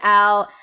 out